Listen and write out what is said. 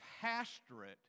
pastorate